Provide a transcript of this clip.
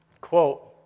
quote